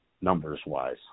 numbers-wise